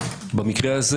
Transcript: במקרה הזה